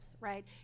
right